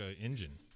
engine